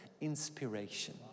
inspiration